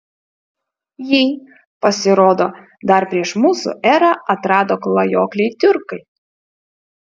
jį pasirodo dar prieš mūsų erą atrado klajokliai tiurkai